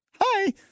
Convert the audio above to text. hi